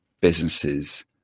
businesses